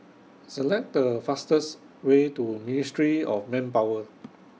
Select The fastest Way to Ministry of Manpower